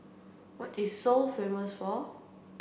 what is Seoul famous for